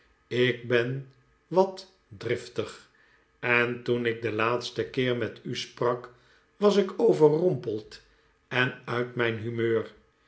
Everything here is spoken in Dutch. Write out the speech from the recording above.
ik ben wat driftig en toen ik den laatsten keer met u sprak was ik overrompeld en uit mijn humeur